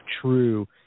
true